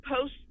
post